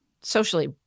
socially